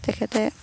তেখেতে